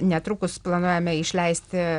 netrukus planuojame išleisti